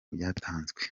byatanzwe